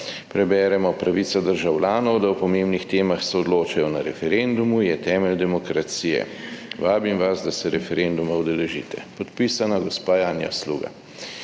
preberemo pravice državljanov, da o pomembnih temah soodločajo na referendumu, je temelj demokracije. Vabim vas, da se referenduma udeležite. Podpisana gospa Janja Sluga.